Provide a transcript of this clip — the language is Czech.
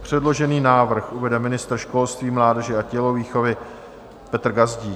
Předložený návrh uvede ministr školství, mládeže a tělovýchovy Petr Gazdík.